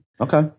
Okay